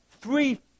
three